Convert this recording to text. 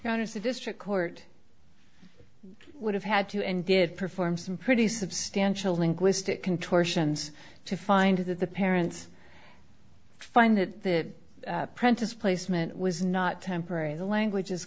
notice a district court would have had to and did perform some pretty substantial linguistic contortions to find that the parents find it the apprentice placement was not temporary the language is